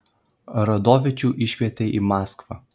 radovičių iškvietė į maskvą